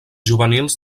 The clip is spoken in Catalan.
juvenils